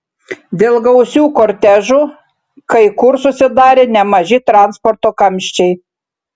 dėl gausių kortežų kai kur susidarė nemaži transporto kamščiai